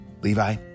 Levi